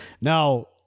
Now